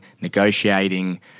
negotiating